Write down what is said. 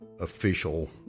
official